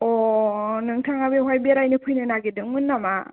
अ नोंथाङा बेवहाय बेरायनो फैनो नागिरदोंमोन नामा